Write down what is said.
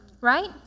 right